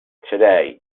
today